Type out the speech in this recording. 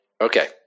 Okay